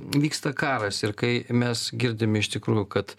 vyksta karas ir kai mes girdime iš tikrųjų kad